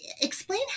explain